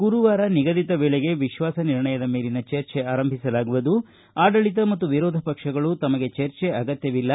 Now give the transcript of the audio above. ಗುರುವಾರ ನಿಗದಿತ ವೇಳೆಗೆ ವಿಶ್ವಾಸ ನಿರ್ಣಯದ ಮೇಲಿನ ಚರ್ಚೆ ಆರಂಭಿಸಲಾಗುವುದು ಆಡಳಿತ ಮತ್ತು ವಿರೋಧ ಪಕ್ಷಗಳು ತಮಗೆ ಚರ್ಚೆ ಅಗತ್ಯವಿಲ್ಲ